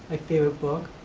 ah favorite book.